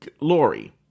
Lori